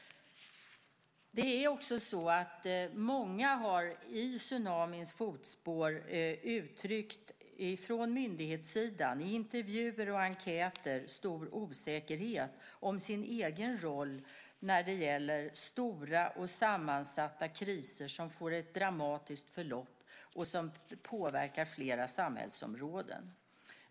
Det är också så att i tsunamins fotspår har många från myndighetssidan i intervjuer och enkäter uttryckt stor osäkerhet om sin egen roll när det gäller stora och sammansatta kriser som får ett dramatiskt förlopp och som påverkar flera samhällsområden.